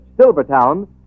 Silvertown